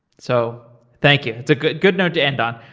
so thank you. it's a good good note to end on.